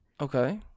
Okay